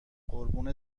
قربون